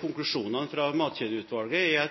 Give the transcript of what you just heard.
konklusjonene fra Matkjedeutvalget, er